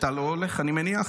אתה לא הולך אני מניח,